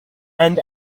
and